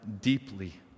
deeply